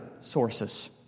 sources